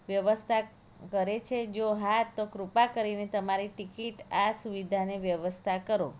વ્યવસ્થા કરે છે જો હા તો કૃપા કરીને તમારી ટિકિટ આ સુવિધાને વ્યવસ્થા કરો